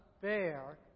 bear